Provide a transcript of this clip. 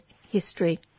history